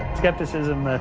skepticism.